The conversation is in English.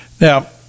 Now